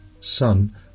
Son